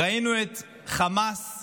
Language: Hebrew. ראינו את חמאס-דאעש